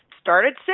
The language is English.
started